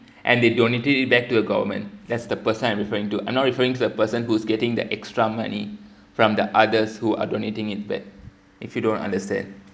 and they donated it back to the government that's the person I'm referring I'm not referring to the person who's getting the extra money from the others who are donating it back if you don't understand